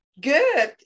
good